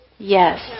Yes